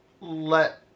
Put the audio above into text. let